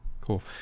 Cool